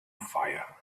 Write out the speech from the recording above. fire